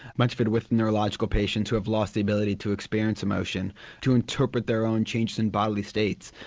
much of it with neurological patients who have lost the ability to experience emotion to interpret their own changes in bodily states.